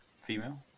Female